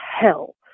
hell